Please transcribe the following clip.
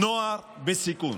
נוער בסיכון.